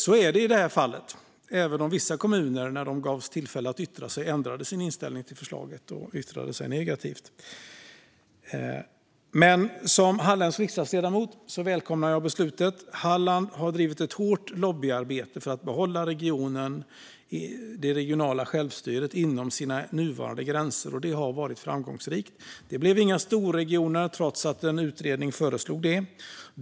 Så är det i det här fallet, även om vissa kommuner när de gavs tillfälle att yttra sig ändrade sin inställning till förslaget och yttrade sig negativt. Som Hallandsriksdagsledamot välkomnar jag beslutet. Halland har drivit ett hårt lobbyarbete för att få behålla regionen och det regionala självstyret inom sina nuvarande gränser. Det har varit framgångsrikt. Det blev inga storregioner, trots att en utredning föreslog det.